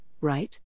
right